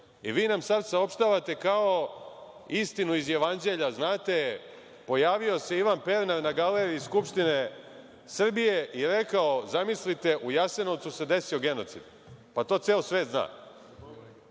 i vi nam sad saopštavate kao istinu iz Jevanđelja, znate, pojavio se Ivan Pernar na galeriji Skupštine i rekao – zamislite, u Jasenovcu se desio genocid. Pa, to ceo svet zna.